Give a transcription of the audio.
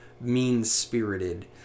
mean-spirited